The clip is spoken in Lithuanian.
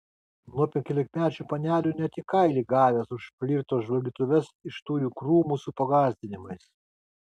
nuo penkiolikmečių panelių net į kailį gavęs už flirto žvalgytuves iš tujų krūmų su pagąsdinimais